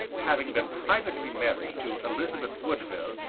having been privately married to elizabeth woodville,